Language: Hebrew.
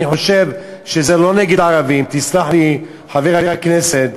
אני חושב שזה לא נגד ערבים, תסלח לי, חבר הכנסת,